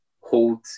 hold